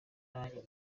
nanjye